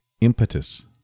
impetus